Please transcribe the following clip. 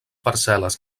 parcel·les